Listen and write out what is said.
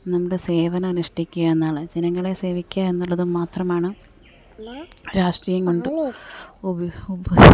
നമ്മുടെ സേവന അനുഷ്ടിക്കുക എന്നാണ് ജനങ്ങളെ സേവിക്കുക എന്നുള്ളത് മാത്രമാണ് രാഷ്ട്രീയം കൊണ്ട് ഉപ